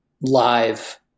live